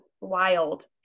wild